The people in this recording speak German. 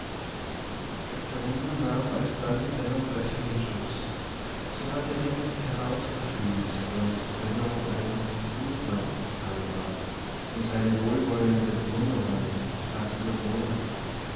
katharine nahm alsdann benno kräftig in schutz sie hatte längst herausgefühlt daß benno ein guter kerl war und seine wohlwollende bewunderung tat ihr wohl